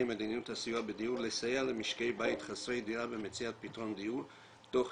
מדיניות הסיוע בדיור לסייע למשקי בית חסרי דירה במציאת פתרון דיור תוך